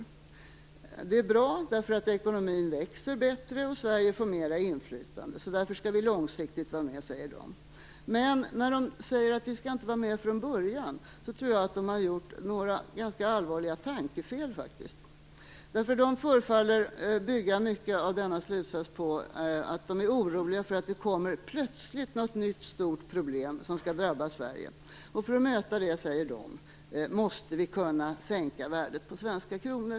Att vara med är bra därför att ekonomin växer bättre och Sverige får mera inflytande, och därför skall vi långsiktigt vara med, säger utredningen. Men när den säger att vi inte skall vara med från början tror jag faktiskt att den har gjort några ganska allvarliga tankefel. Utredningen förefaller bygga mycket av denna slutsats på oro för att det plötsligt kommer upp något nytt, stort problem som drabbar Sverige. För att möta det måste vi, säger man, kunna sänka värdet på vår svenska krona.